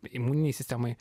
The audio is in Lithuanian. imuninei sistemai